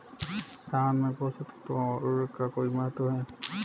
धान में पोषक तत्वों व उर्वरक का कोई महत्व है?